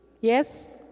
Yes